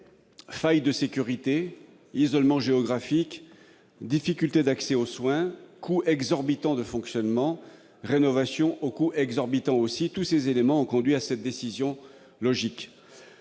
Failles de sécurité, isolement géographique, difficultés d'accès aux soins, coûts de fonctionnement et de rénovation exorbitants : tous ces éléments ont conduit à cette décision logique.